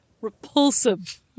repulsive